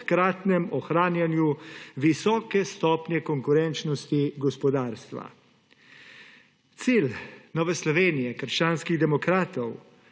ohranjanju visoke stopnje konkurenčnosti gospodarstva. Cilj Nove Slovenije – krščanskih demokratov,